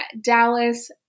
Dallas